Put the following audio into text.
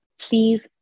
please